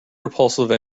repulsive